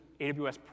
AWS